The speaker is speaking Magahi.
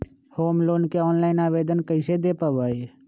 होम लोन के ऑनलाइन आवेदन कैसे दें पवई?